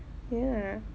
ya